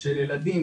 של ילדים,